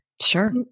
sure